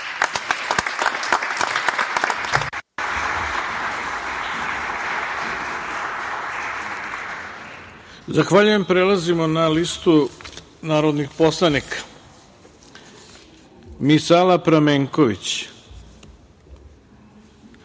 Zavaljujem. Prelazimo na listu narodnih poslanika. Misala Pramenković.